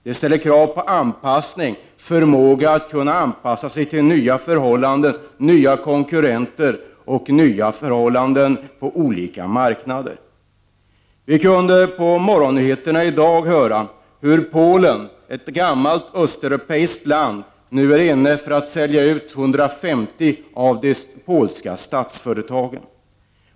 Det ställer krav på anpassning, förmåga att kunna anpassa sig till nya konkurrenter och nya förhållanden på olika marknader. Vi kunde på morgonnyheterna i dag höra hur Polen, ett gammalt östeuropeiskt land, nu är på väg att sälja ut 150 av de polska statsföretagen.